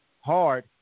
hard